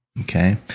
Okay